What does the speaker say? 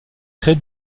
crée